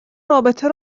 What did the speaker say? رابطه